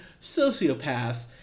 sociopaths